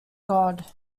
god